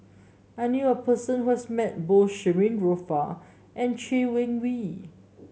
I knew a person who has met both Shirin Fozdar and Chay Weng Yew